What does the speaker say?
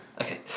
Okay